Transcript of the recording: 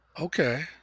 Okay